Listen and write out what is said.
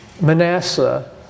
Manasseh